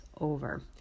over